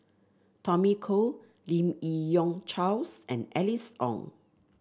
Tommy Koh Lim Yi Yong Charles and Alice Ong